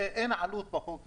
אין עלות בחוק הזה,